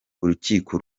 urukiko